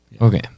okay